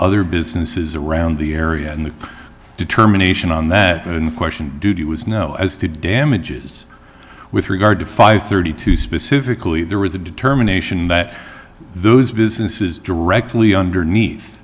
other businesses around the area and the determination on that in question duty was no as to damages with regard to five thirty two specifically there was a determination that those businesses directly underneath